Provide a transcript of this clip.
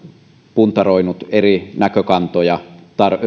puntaroinut eri näkökantoja